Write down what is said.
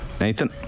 Nathan